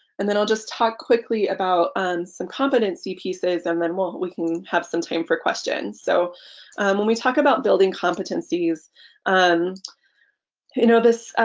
and i'll just talk quickly about some competency pieces and then we'll we can have some time for questions. so when we talk about building competencies and you know this